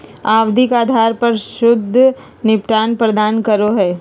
आवधिक आधार पर शुद्ध निपटान प्रदान करो हइ